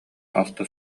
алта